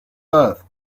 earth